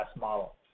model